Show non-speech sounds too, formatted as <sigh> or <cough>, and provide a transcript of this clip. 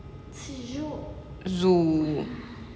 <noise>